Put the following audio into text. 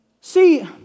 See